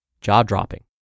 jaw-dropping